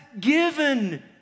given